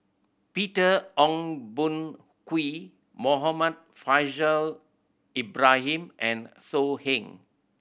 Peter Ong Boon Kwee Muhammad Faishal Ibrahim and So Heng